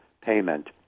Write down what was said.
payment